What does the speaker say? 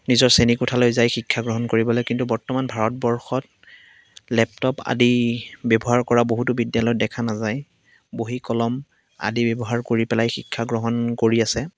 নিজৰ শ্ৰেণীকোঠালৈ যায় শিক্ষা গ্ৰহণ কৰিবলৈ কিন্তু বৰ্তমান ভাৰতবৰ্ষত লেপটপ আদি ব্যৱহাৰ কৰা বহুতো বিদ্যালয়ত দেখা নাযায় বহী কলম আদি ব্যৱহাৰ কৰি পেলাই শিক্ষা গ্ৰহণ কৰি আছে